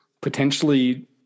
potentially